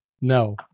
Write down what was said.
No